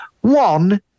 One